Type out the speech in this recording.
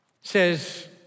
says